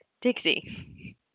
Dixie